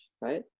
right